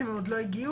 הם עוד לא הגיעו?